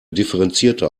differenzierter